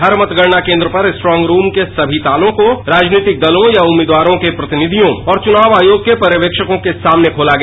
हर मतगणना केन्द्र पर स्ट्रांग के सभी तालों को राजनीतिक दलों के उम्मीदवारो या उनके प्रतिनिधियों और चुनाव आयोग के पर्यवेद्वकों के सामने खोला गया